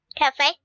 Cafe